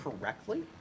correctly